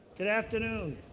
good afternoon.